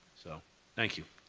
so thank you.